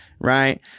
Right